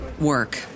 work